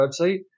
website